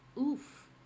Oof